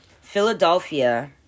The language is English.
Philadelphia